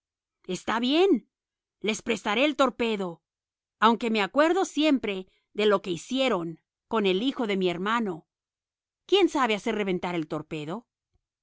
está bien les prestaré el torpedo aunque me acuerdo siempre de lo que hicieron con el hijo de mi hermano quién sabe hacer reventar el torpedo